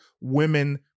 women